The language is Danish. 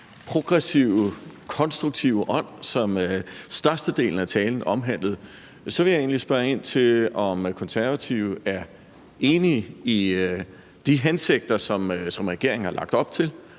progressive, konstruktive ånd, som prægede størstedelen af talen, vil jeg egentlig spørge ind til, om Konservative er enige i de hensigter, som regeringen har lagt op til,